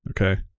Okay